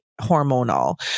hormonal